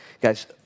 guys